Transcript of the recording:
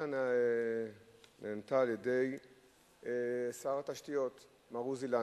השאילתא נענתה על-ידי שר התשתיות מר עוזי לנדאו.